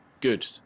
good